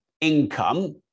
income